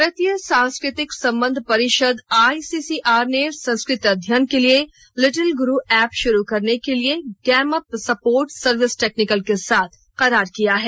भारतीय सांस्कृतिक संबंध परिषद आईसीसीआर ने संस्कृत अध्ययन के लिए लिटिल गुरु एप शुरू करने के लिए गैमअप स्पोर्ट सर्विस टैक्नीकल के साथ करार किया है